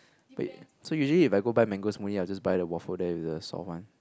but so usually if I go buy mango smoothie I'll just buy the waffle there with the soft one